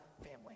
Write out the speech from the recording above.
family